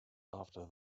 after